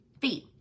feet